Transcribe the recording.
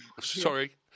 Sorry